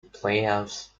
playoffs